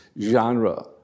genre